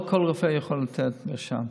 לא כל רופא יכול לתת מרשם,